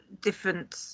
different